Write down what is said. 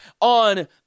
on